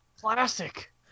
classic